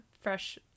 fresh